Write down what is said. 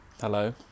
Hello